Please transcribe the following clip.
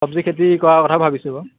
চব্জি খেতি কৰা কথা ভাবিছোঁ বাৰু